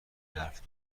حرف